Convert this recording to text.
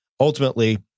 Ultimately